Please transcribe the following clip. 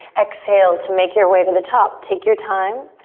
exhale to make your way to the top. take your time.